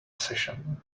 session